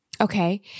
Okay